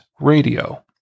radio